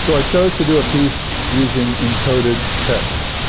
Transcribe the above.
so i chose to do a piece using encoded text.